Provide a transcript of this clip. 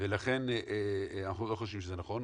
ולכן אנחנו לא חושבים שזה נכון.